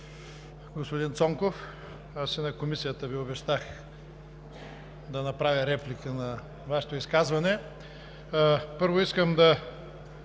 Господин Цонков, и на заседанието на Комисията обещах да направя реплика на Вашето изказване. Първо, искам да